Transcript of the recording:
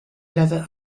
leather